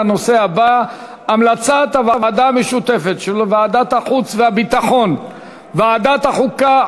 לנושא הבא: המלצת הוועדה המשותפת של ועדת החוץ והביטחון וועדת החוקה,